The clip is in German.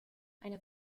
eine